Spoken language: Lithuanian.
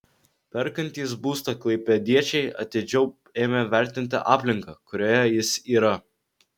perkantys būstą klaipėdiečiai atidžiau ėmė vertinti aplinką kurioje jis yra